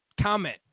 Comment